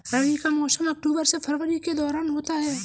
रबी का मौसम अक्टूबर से फरवरी के दौरान होता है